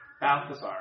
Balthasar